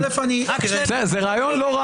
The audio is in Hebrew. בסדר, זה רעיון לא רע.